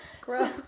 Gross